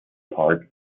part